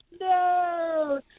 No